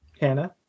Hannah